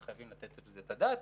וחייבים לתת על זה את הדעת,